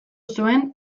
zuen